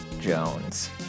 jones